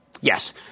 yes